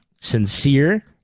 sincere